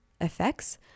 effects